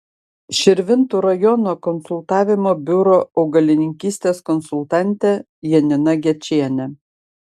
širvintų rajono konsultavimo biuro augalininkystės konsultantė janina gečienė